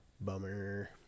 bummer